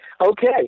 Okay